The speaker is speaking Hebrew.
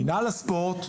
מינהל הספורט,